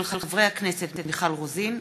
חברי הכנסת מיכל רוזין,